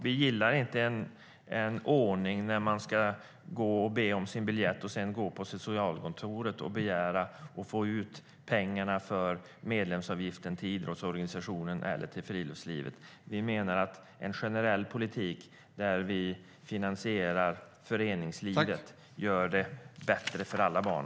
Vi gillar inte en ordning där man ska gå och be om sin biljett och sedan gå till socialkontoret och begära att få ut pengarna för medlemsavgiften till idrottsorganisationen eller till friluftslivet. Vi menar att en generell politik där vi finansierar föreningslivet gör det bättre för alla barn.